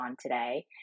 today